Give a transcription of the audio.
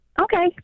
Okay